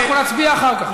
אנחנו נצביע אחר כך.